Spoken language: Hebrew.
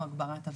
או הגברת אבטחה.